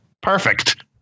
perfect